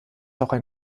auch